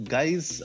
Guys